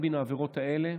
גם על העבירות האלה,